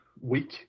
week